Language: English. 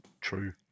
True